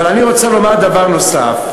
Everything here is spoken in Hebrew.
אבל אני רוצה לומר דבר נוסף.